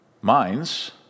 minds